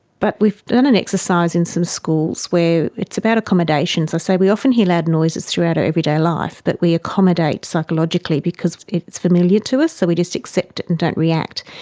but we've done an exercise in some schools where it's about accommodations. i say we often hear loud noises throughout our everyday life but we accommodate psychologically because it's familiar to us so we just accept it and don't react.